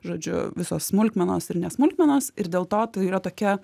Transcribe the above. žodžiu visos smulkmenos ir ne smulkmenos ir dėl to tai yra tokia